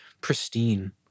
pristine